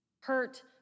Hurt